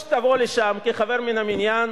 מביעים אי-אמון בממשלה,